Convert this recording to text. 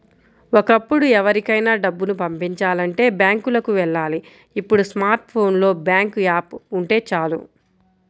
ఒకప్పుడు ఎవరికైనా డబ్బుని పంపిచాలంటే బ్యాంకులకి వెళ్ళాలి ఇప్పుడు స్మార్ట్ ఫోన్ లో బ్యాంకు యాప్ ఉంటే చాలు